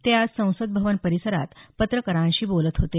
ते आज संसद भवन परिसरात पत्रकारांशी बोलत होते